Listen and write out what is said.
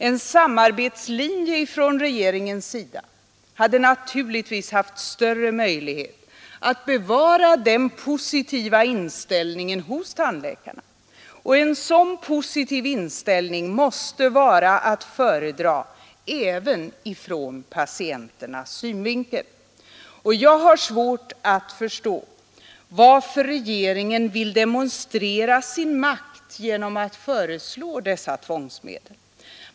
En samarbetslinje från regeringens sida hade naturligtvis haft större möjlighet att bevara den positiva inställningen hos tandläkarna. En sådan positiv inställning måste vara att föredra även ur patienternas synvinkel. Jag har svårt att förstå varför regeringen vill demonstrera sin makt genom att föreslå detta tvångsmedel.